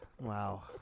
wow